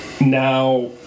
Now